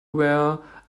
were